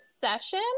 session